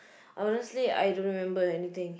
honestly I don't remember anything